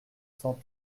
cent